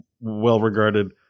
well-regarded